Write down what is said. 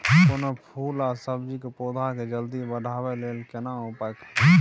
कोनो फूल आ सब्जी के पौधा के जल्दी बढ़ाबै लेल केना उपाय खरी?